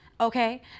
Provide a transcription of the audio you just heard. okay